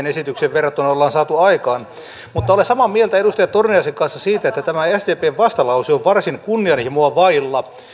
esitykseen verrattuna ollaan saatu aikaan mutta olen samaa mieltä edustaja torniaisen kanssa siitä että tämä sdpn vastalause on varsin kunnianhimoa vailla